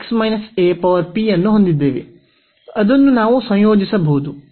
ನಾವು ಅನ್ನು ಹೊಂದಿದ್ದೇವೆ ಅದನ್ನು ನಾವು ಸಂಯೋಜಿಸಬಹುದು